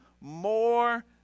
more